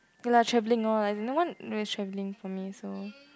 K lah traveling lor as in no one really traveling for me also